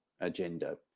agenda